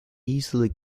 easily